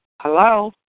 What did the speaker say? Hello